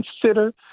consider